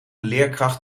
leerkracht